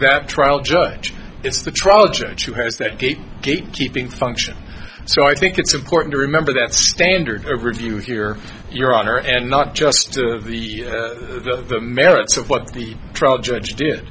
that trial judge it's the trial judge who has that gate gate keeping function so i think it's important to remember that standard overview here your honor and not just to the merits of what the trial judge did